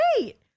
great